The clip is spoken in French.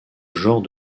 genre